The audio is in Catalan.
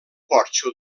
porxo